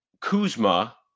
Kuzma